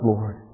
Lord